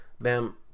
Bam